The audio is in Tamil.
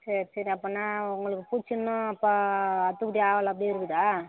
சரி சரி அப்போன்னா உங்களுக்கு பூச்சி இன்னும் அப்போ அத்துபடி ஆக அப்பிடியே இருக்குதா